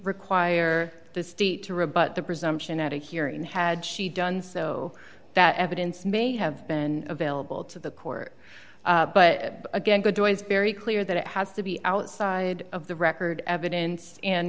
rebut the presumption at a hearing had she done so that evidence may have been available to the court but again good voice very clear that it has to be outside of the record evidence and